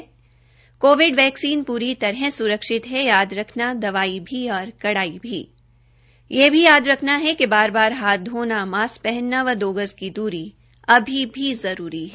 Covid vaccine पूरी तरह सुरक्षित है याद रखना दवाई भी और कड़ाई भी यह भी याद रखना है कि बार बार हाथ धोना मास्क पहनना व दो गज की दूरी अभी भी जरूरी है